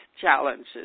challenges